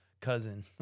cousin